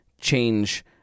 change